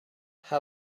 how